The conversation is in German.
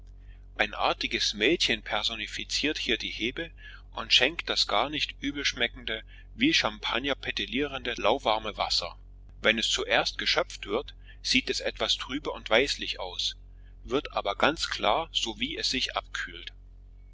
ein artiges mädchen personifiziert hier die hebe und schenkt das gar nicht übel schmeckende wie champagner petillierende lauwarme wasser wenn es zuerst geschöpft wird sieht es etwas trübe und weißlich aus wird aber ganz klar sowie es sich abkühlt